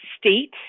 state